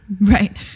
Right